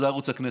שזה ערוץ הכנסת.